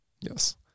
Yes